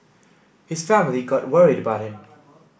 his family got worried about him